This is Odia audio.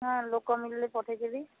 ହଁ ଲୋକ ମିଳିଲେ ପଠେଇ ଦେବି